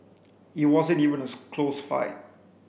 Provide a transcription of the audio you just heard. it wasn't even a close fight